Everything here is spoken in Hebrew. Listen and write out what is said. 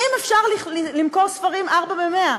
ואם אפשר למכור ארבעה ספרים ב-100,